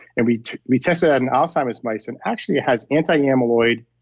and we we tested that in alzheimer's mice and actually it has anti-amyloid,